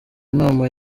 nama